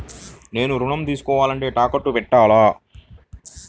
నేను ఋణం తీసుకోవాలంటే తాకట్టు పెట్టాలా?